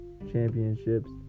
championships